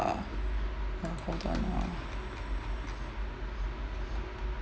uh uh hold on ah